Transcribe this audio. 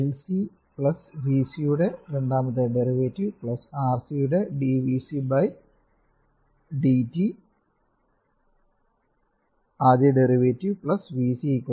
LC VC യുടെ രണ്ടാമത്തെ derivative RC യുടെ dvcdt ആദ്യ ഡെറിവേറ്റീവ് V C 0